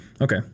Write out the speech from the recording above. Okay